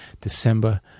December